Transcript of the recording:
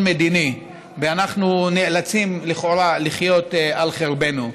מדיני ואנחנו נאלצים לכאורה לחיות על חרבנו.